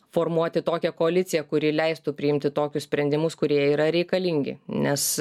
formuoti tokią koaliciją kuri leistų priimti tokius sprendimus kurie yra reikalingi nes